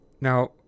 Now